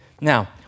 Now